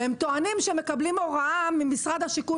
הם טוענים שהם מקבלים הוראה ממשרד השיכון